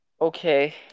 Okay